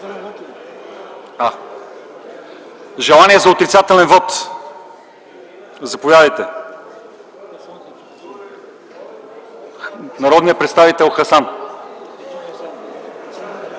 Желание за отрицателен вот – заповядайте, народният представител Хасан